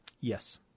Yes